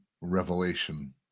revelation